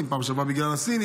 פעם שעברה בגלל הסינים.